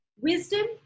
Wisdom